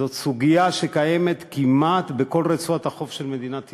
זאת סוגיה שקיימת כמעט בכל רצועת החוף של מדינת ישראל.